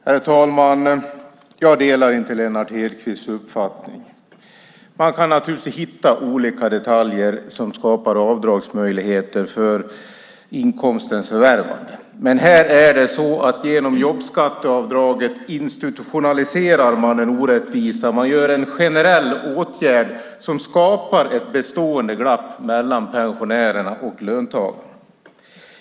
Herr talman! Jag delar inte Lennart Hedquists uppfattning. Det går naturligtvis att hitta olika detaljer som skapar avdragsmöjligheter för inkomstens förvärvande. Men genom jobbskatteavdraget institutionaliserar man en orättvisa; man genomför en generell åtgärd som skapar ett bestående glapp mellan pensionärerna och löntagarna.